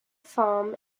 farm